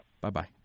Bye-bye